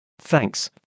Thanks